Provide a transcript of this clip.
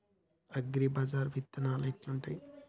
అగ్రిబజార్ల విత్తనాలు ఎట్లుంటయ్?